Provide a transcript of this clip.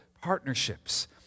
partnerships